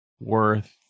worth